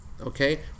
okay